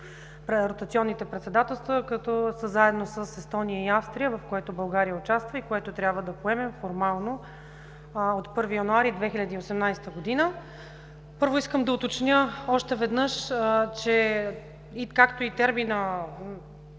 на ротационните председателства, които са заедно с Естония и Австрия, в което България участва и което трябва да поемем формално от 1 януари 2018 г. Първо, искам да уточня още веднъж, че терминът